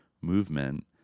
movement